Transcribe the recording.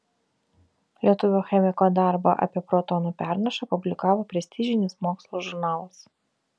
lietuvio chemiko darbą apie protonų pernašą publikavo prestižinis mokslo žurnalas